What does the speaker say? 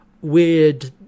weird